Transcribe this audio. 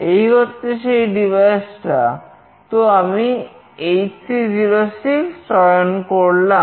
এই হচ্ছে সেই ডিভাইসটা তো আমি HC 06 চয়ন করলাম